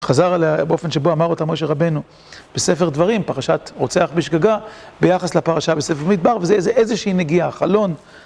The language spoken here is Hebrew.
חזר עליה באופן שבו אמר אותה משה רבנו בספר דברים, פרשת רוצח בשגגה, ביחס לפרשה בספר במדבר, וזה איזה שהיא נגיעה, חלון.